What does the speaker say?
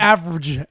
Average